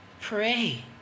pray